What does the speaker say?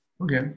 Okay